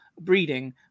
breeding